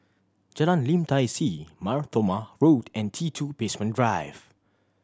Jalan Lim Tai See Mar Thoma Road and T Two Basement Drive